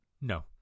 No